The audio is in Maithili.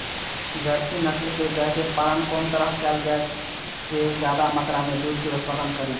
जर्सी नस्ल के गाय के पालन कोन तरह कायल जाय जे ज्यादा मात्रा में दूध के उत्पादन करी?